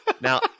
now